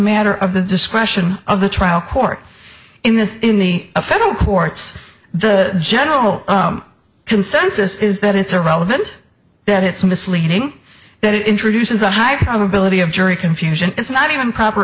matter of the discretion of the trial court in this in the federal courts the general consensus is that it's irrelevant that it's misleading that it introduces a high probability of jury confusion it's not even proper